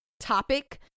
Topic